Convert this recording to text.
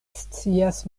scias